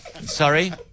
Sorry